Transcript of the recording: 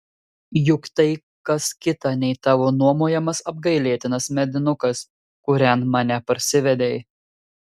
juk tai kas kita nei tavo nuomojamas apgailėtinas medinukas kurian mane parsivedei